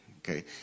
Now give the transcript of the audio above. Okay